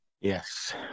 Yes